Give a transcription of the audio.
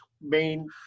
main